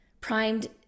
Primed